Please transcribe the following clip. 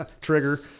Trigger